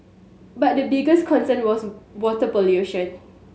but the biggest concern was water pollution